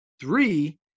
Three